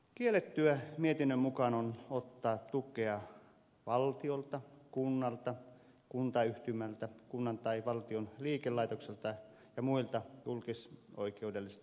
kiellettyä mietinnön mukaan on ottaa tukea valtiolta kunnalta kuntayhtymältä kunnan tai valtion liikelaitokselta ja muilta julkisoikeudellisilta yhteisöiltä